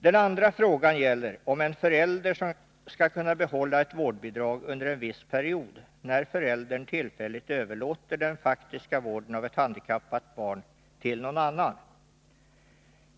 Den andra frågan gäller om en förälder skall kunna behålla ett vårdbidrag under en viss period när föräldern tillfälligt överlåter den faktiska vården av ett handikappat barn till någon annan.